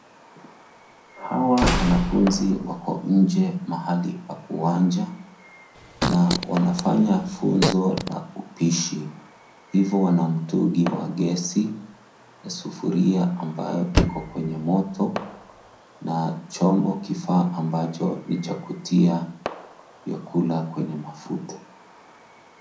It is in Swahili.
Hawa wanafunzi wako nje mahali pa uwanja na wanafanya funzo la upishi. Hivyo wana mtungi wa gesi na sufuria ambayo iko kwenye moto na kifaa ambacho ni cha kutia vyakula kwenye mafuta.